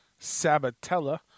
Sabatella